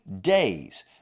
days